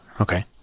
okay